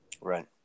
Right